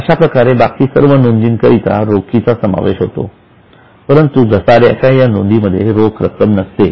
अशा प्रकारे बाकी सर्व नोंदी करिता रोखीचा समावेश होतो परंतु घरसाऱ्याच्या या नोंदीमध्ये रोख रक्कम नसते